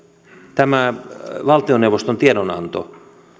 tämä valtioneuvoston tiedonanto